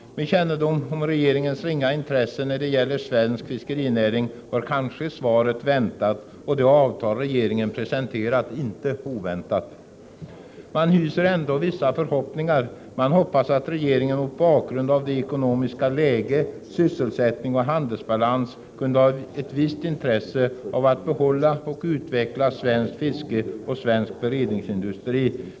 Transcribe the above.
Med kännedom om regeringens ringa intresse när det gäller svensk fiskerinäring var kanske svaret väntat och det avtal regeringen presenterat inte oväntat. Man hyser ändå vissa förhoppningar. Man hoppas att regeringen mot bakgrund av det ekonomiska läget, sysselsättning och handelsbalans kunde ha ett visst intresse av att behålla och utveckla svenskt fiske och svensk beredningsindustri.